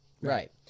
Right